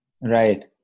right